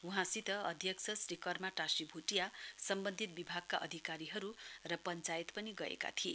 वहाँसित अध्यक्ष श्री कर्मा टाशी भ्टिया र सम्बन्धित विभागका अधिकारीहरू र पञ्चायत पनि गएका थिए